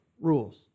rules